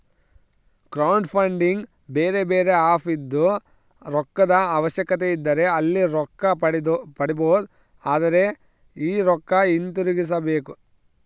ಕ್ರೌಡ್ಫಂಡಿಗೆ ಬೇರೆಬೇರೆ ಆಪ್ ಇದ್ದು, ರೊಕ್ಕದ ಅವಶ್ಯಕತೆಯಿದ್ದರೆ ಅಲ್ಲಿ ರೊಕ್ಕ ಪಡಿಬೊದು, ಆದರೆ ಈ ರೊಕ್ಕ ಹಿಂತಿರುಗಿಸಬೇಕು